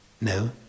No